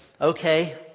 okay